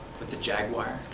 with the jaguar,